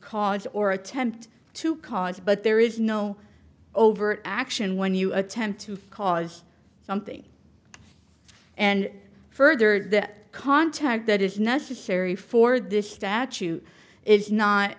cause or attempt to cause but there is no overt action when you attempt to cause something and further that contact that is necessary for this statute is not